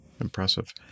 Impressive